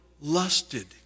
lusted